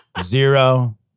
zero